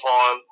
on